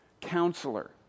Counselor